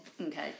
Okay